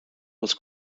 was